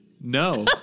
No